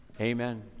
Amen